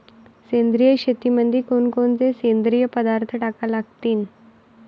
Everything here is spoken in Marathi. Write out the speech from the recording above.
सेंद्रिय शेतीमंदी कोनकोनचे सेंद्रिय पदार्थ टाका लागतीन?